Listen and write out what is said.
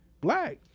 Black